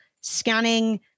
scanning